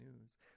news